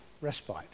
respite